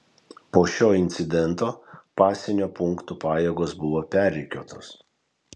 po šio incidento pasienio punktų pajėgos buvo perrikiuotos